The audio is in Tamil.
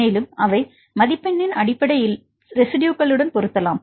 மேலும் அவை மதிப்பெண்ணின் அடிப்படையில் ரெஸிட்யுகளுடன் பொருத்தலாம்